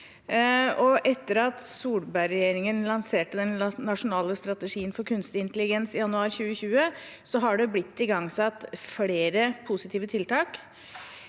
Etter at Solberg-regjeringen lanserte den nasjonale strategien for kunstig intelligens i januar 2020, har det blitt igangsatt flere positive tiltak.